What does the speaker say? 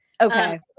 Okay